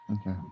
Okay